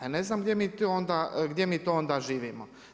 E ne znam gdje mi to onda živimo.